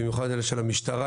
במיוחד אלה של המשטרה,